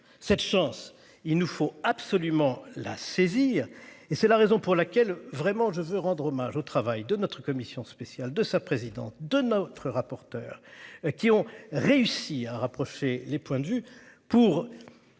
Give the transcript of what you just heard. cette chance. Il nous faut absolument la saisir et c'est la raison pour laquelle vraiment je veux rendre hommage au travail de notre commission spéciale de sa présidente de notre rapporteur qui ont réussi à rapprocher les points de vue pour.